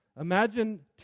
imagine